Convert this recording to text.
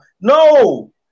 No